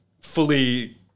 fully